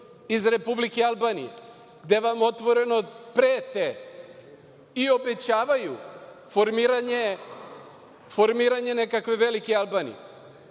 iz Republike Albanije, gde vam otvoreno prete i obećavaju formiranje nekakve velike Albanije.